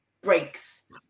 breaks